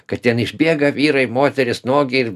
kad ten išbėga vyrai moterys nuogi ir